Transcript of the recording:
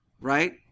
Right